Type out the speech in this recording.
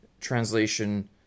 translation